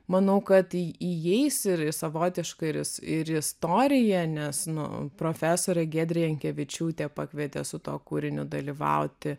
manau kad į įeis ir į savotišką į ir istoriją nes nu profesorė giedrė jankevičiūtė pakvietė su tuo kūriniu dalyvauti